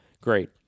great